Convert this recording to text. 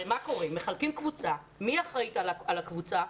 מחלקים קבוצה, מי אחראי על הקבוצה?